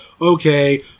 Okay